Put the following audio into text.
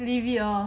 leave it lor